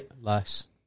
Less